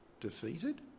defeated